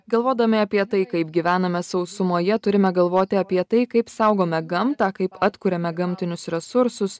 galvodami apie tai kaip gyvename sausumoje turime galvoti apie tai kaip saugome gamtą kaip atkuriame gamtinius resursus